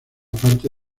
parte